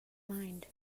mind